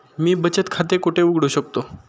मी बचत खाते कुठे उघडू शकतो?